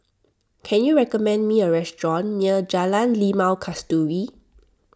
can you recommend me a restaurant near Jalan Limau Kasturi